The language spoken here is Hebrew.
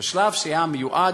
שלב שהיה מיועד,